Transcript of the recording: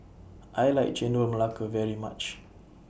I like Chendol Melaka very much